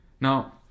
now